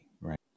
right